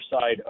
side